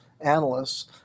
analysts